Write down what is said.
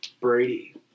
Brady